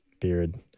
Beard